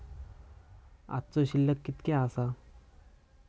आजचो शिल्लक कीतक्या आसा?